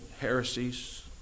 heresies